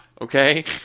Okay